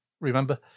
Remember